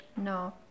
No